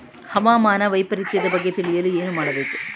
ಹವಾಮಾನ ವೈಪರಿತ್ಯದ ಬಗ್ಗೆ ತಿಳಿಯಲು ಏನು ಮಾಡಬೇಕು?